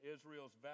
Israel's